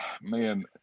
man